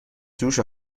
جوش